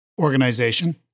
organization